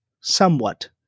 somewhat